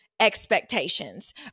expectations